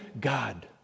God